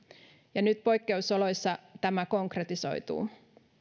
ja nyt poikkeusoloissa tämä konkretisoituu